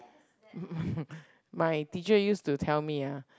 my teacher used to tell me ah